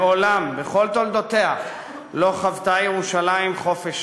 מעולם בכל תולדותיה לא חוותה ירושלים חופש